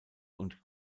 und